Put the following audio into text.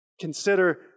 Consider